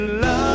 love